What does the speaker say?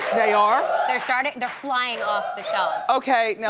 they are? they're starting, they're flying off the shelves. okay, you know